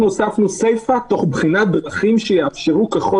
אנחנו הוספנו סיפה: תוך בחינת דרכים שיאפשרו ככל